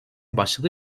başladı